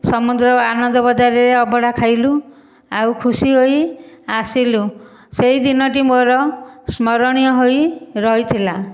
ସମୁଦ୍ର ଆନନ୍ଦ ବଜାରରେ ଅଭଡ଼ା ଖାଇଲୁ ଆଉ ଖୁସି ହୋଇ ଆସିଲୁ ସେଇ ଦିନଟି ମୋର ସ୍ମରଣୀୟ ହୋଇ ରହିଥିଲା